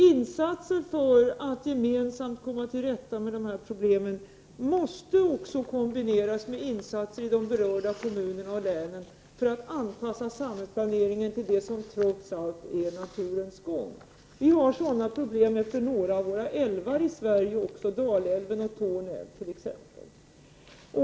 Insatser för att komma till rätta med dessa problem måste också kombineras med insatser i de berörda kommunerna och länen för att anpassa samhällsplaneringen till det som trots allt är naturens gång. Vi har sådana problem också längs några av våra älvar, t.ex. Dalälven och Torne älv.